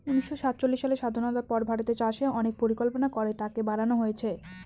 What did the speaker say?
উনিশশো সাতচল্লিশ সালের স্বাধীনতার পর ভারতের চাষে অনেক পরিকল্পনা করে তাকে বাড়নো হয়েছে